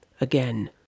again